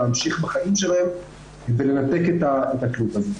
להמשיך בחיים שלהם ולנתק את התלות הזאת.